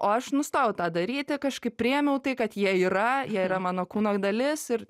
o aš nustojau tą daryti kažkaip priėmiau tai kad jie yra jie yra mano kūno dalis ir